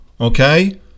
okay